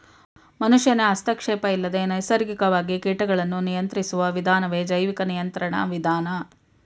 ಮನುಷ್ಯನ ಹಸ್ತಕ್ಷೇಪ ಇಲ್ಲದೆ ನೈಸರ್ಗಿಕವಾಗಿ ಕೀಟಗಳನ್ನು ನಿಯಂತ್ರಿಸುವ ವಿಧಾನವೇ ಜೈವಿಕ ನಿಯಂತ್ರಣ ವಿಧಾನ